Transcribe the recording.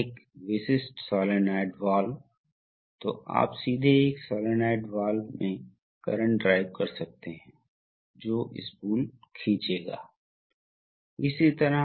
जबकि प्रत्यावर्तन स्ट्रोक मुक्त है इसलिए आप इसे तेजी से करना चाहते हैं क्योंकि आप खर्च करना चाहते हैं आप ऑपरेशन के समय को बचाना चाहते हैं ठीक है